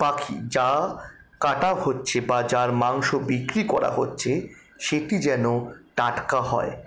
পাখি যা কাটা হচ্ছে বা যার মাংস বিক্রি করা হচ্ছে সেটি যেন টাটকা হয়